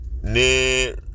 Ne